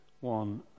one